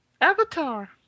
Avatar